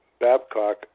Babcock